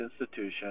institution